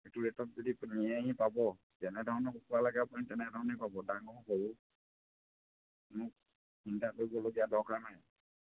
এইটো ৰেটত যদি নিয়েহি পাব যেনেধৰণৰ কুকুৱা লাগে আপুনি তেনেধৰণে পাব ডাঙৰ সৰু চিন্তা কৰিবলগীয়া দৰকাৰ নাই